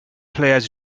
players